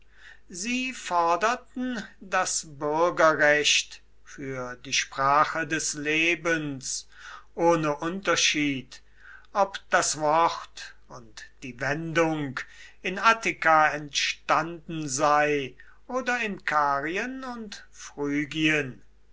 sie forderten das bürgerrecht für die sprache des lebens ohne unterschied ob das wort und die wendung in attika entstanden sei oder in karien und